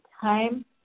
Time